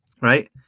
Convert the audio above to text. Right